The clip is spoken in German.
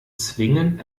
zwingen